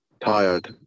tired